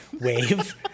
wave